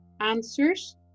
answers